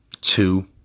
two